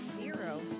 Zero